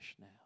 now